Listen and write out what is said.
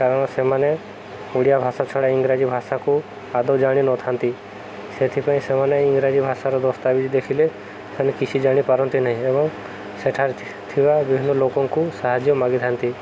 କାରଣ ସେମାନେ ଓଡ଼ିଆ ଭାଷା ଛଡ଼ା ଇଂରାଜୀ ଭାଷାକୁ ଆଦୌଁ ଜାଣିନଥାନ୍ତି ସେଥିପାଇଁ ସେମାନେ ଇଂରାଜୀ ଭାଷାର ଦସ୍ତାବିଜ ଦେଖିଲେ ସେମାନେ କିଛି ଜାଣିପାରନ୍ତି ନାହିଁ ଏବଂ ସେଠାରେ ଥିବା ବିଭିନ୍ନ ଲୋକଙ୍କୁ ସାହାଯ୍ୟ ମାଗିଥାନ୍ତି